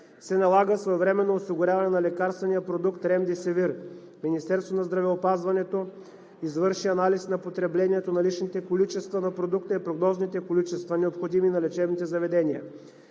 се налага своевременно осигуряване на лекарствения продукт ремдесивир. Министерството на здравеопазването извърши анализ на потреблението на наличните количества на продукта и прогнозните количества, необходими на лечебните заведения.